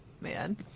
Man